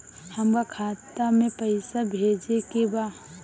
हमका खाता में पइसा भेजे के बा